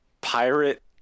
pirate